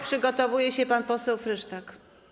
Przygotowuje się pan poseł Frysztak.